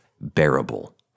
bearable